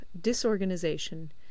Disorganization